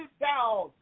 down